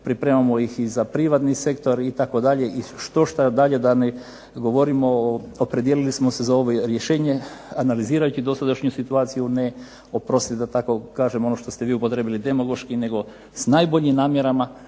pripremamo ih i za privatni sektor itd. i štošta dalje da ne govorim. Opredijelili smo se za ovo rješenje, analizirajući dosadašnju situaciju, a ne oprostite da tako kažem što ste vi upotrijebili demološki, nego s najboljim namjerama